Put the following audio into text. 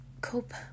cope